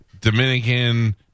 Dominican